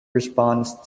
response